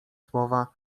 słowa